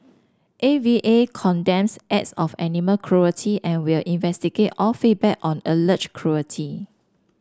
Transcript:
A V A condemns acts of animal cruelty and will investigate all feedback on alleged cruelty